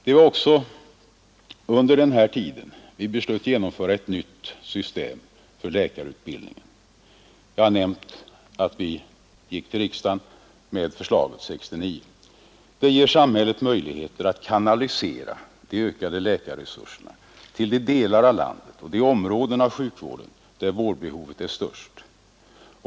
Det var också under denna tid vi beslöt genomföra ett nytt system för läkarutbildningen — jag har nämnt att vi gick till riksdagen med förslaget 1969 — som ger samhället möjligheter att kanalisera de ökade läkarresurserna till de delar av landet och de områden av sjukvården där vårdbehoven är störst.